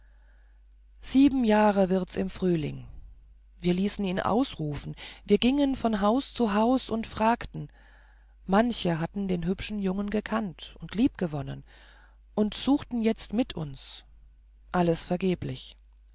sieben jahre wird es im frühling wir ließen ihn ausrufen wir gingen von haus zu haus und fragten manche hatten den hübschen jungen gekannt und liebgewonnen und suchten jetzt mit uns alles vergeblich